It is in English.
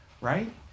Right